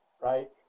right